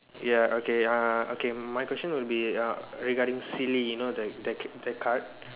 ya okay uh okay my question will be uh regarding silly you know the the the card